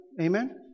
Amen